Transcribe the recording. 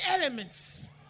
elements